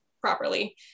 properly